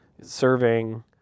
serving